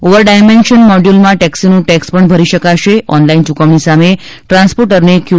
over dimension મોડ્યુલમાં ટેક્સીનો tax પણ ભરી શકાશે ઓનલાઇન યૂકવણી સામે ટ્રાન્સપોર્ટરને ક્યુ